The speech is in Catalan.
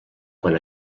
quan